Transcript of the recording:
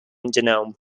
genome